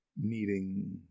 needing